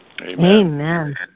Amen